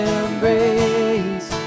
embrace